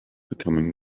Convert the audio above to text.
becoming